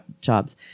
jobs